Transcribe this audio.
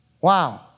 Wow